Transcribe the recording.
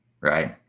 Right